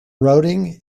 routing